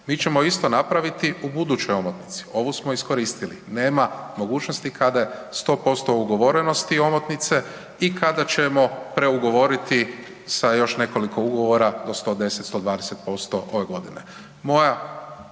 Mi ćemo isto napraviti u budućoj omotnici, ovu smo iskoristili, nema mogućnosti kada je 100% ugovorenosti omotnice i kada ćemo preugovoriti sa još nekoliko ugovora do 110-120% ove godine. Moja